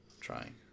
trying